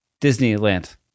disneyland